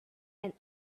and